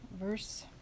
verse